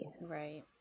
right